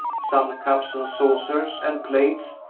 some cups and saucers and plates,